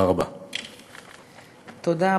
תודה רבה.